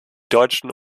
deutschen